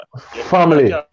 Family